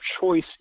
choice